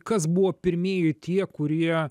kas buvo pirmieji tie kurie